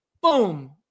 boom